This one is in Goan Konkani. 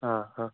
आं हा